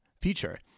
Feature